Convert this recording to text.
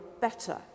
better